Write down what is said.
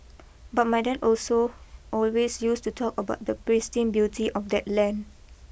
but my dad also always used to talk about the pristine beauty of that land